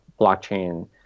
blockchain